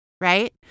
right